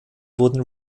wurden